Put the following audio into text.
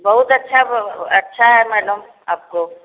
बहुत अच्छा बहुत अच्छा है मैडम आपको